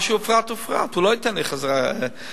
מה שהופרט הופרט, הוא לא ייתן לי חזרה תקנים.